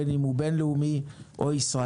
בין אם הוא בין-לאומי ובין אם הוא ישראלי,